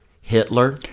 Hitler